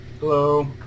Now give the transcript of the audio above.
Hello